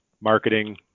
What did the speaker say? marketing